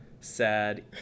sad